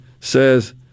says